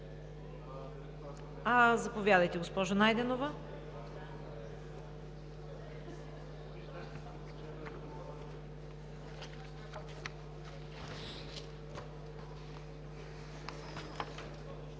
Заповядайте, госпожо Найденова.